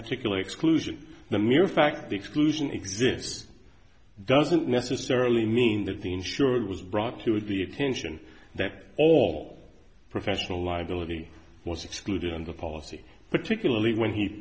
particular exclusion the mere fact exclusion exist doesn't necessarily mean that the insurer was brought to the attention that all professional liability was excluded on the policy particularly when he